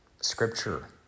Scripture